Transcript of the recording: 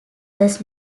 does